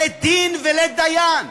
לית דין ולית דיין.